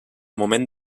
moment